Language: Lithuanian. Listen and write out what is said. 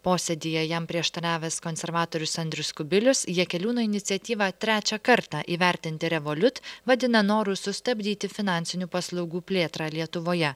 posėdyje jam prieštaravęs konservatorius andrius kubilius jakeliūno iniciatyvą trečią kartą įvertinti revolut vadina noru sustabdyti finansinių paslaugų plėtrą lietuvoje